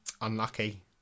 Unlucky